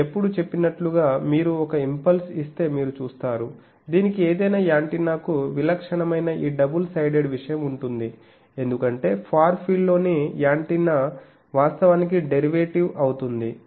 నేను ఎప్పుడూ చెప్పినట్లుగా మీరు ఒక ఇంపల్స్ ఇస్తే మీరు చూస్తారు దీనికి ఏదైనా యాంటెన్నాకు విలక్షణమైన ఈ డబుల్ సైడెడ్ విషయం ఉంటుంది ఎందుకంటే ఫార్ ఫీల్డ్ లోని యాంటెన్నా వాస్తవానికి డెరివేటివ్ అవుతుంది